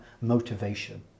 motivation